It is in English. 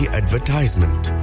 advertisement